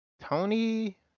Tony